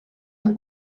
amb